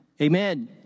amen